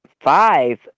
five